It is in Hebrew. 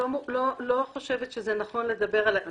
לא חושבת שזה נכון לדבר על האיש הזה באופן ספציפי.